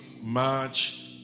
March